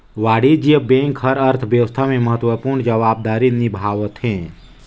वाणिज्य बेंक हर अर्थबेवस्था में महत्वपूर्न जवाबदारी निभावथें